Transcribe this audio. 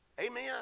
Amen